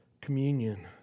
communion